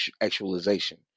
actualization